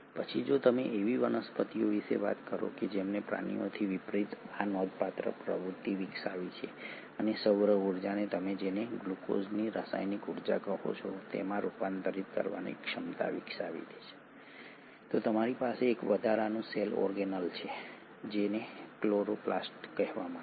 પછી જો તમે એવી વનસ્પતિઓ વિશે વાત કરો કે જેમણે પ્રાણીઓથી વિપરીત આ નોંધપાત્ર પ્રવૃત્તિ વિકસાવી છે અને સૌર ઊર્જાને તમે જેને ગ્લુકોઝની રાસાયણિક ઊર્જા કહો છો તેમાં રૂપાંતરિત કરવાની ક્ષમતા વિકસાવી છે તો તમારી પાસે એક વધારાનું સેલ ઓર્ગેનેલ છે જેને ક્લોરોપ્લાસ્ટ કહેવામાં આવે છે